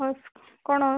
ହଉ କଣ